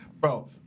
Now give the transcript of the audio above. bro